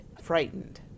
frightened